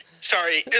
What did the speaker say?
Sorry